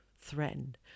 threatened